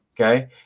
Okay